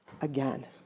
again